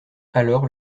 alors